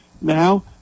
Now